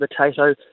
potato